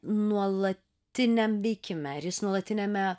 nuolatiniam veikime ar jis nuolatiniame